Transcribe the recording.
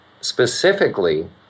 specifically